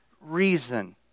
reason